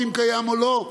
אם קיים או לא?